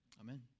Amen